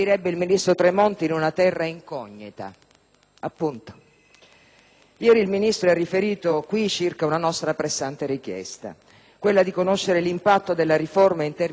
Ieri il Ministro ha qui riferito circa una nostra pressante richiesta, quella di conoscere l'impatto della riforma in termini economici e finanziari. Preoccupazione legittima l'ha definita il Ministro;